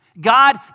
God